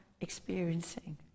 experiencing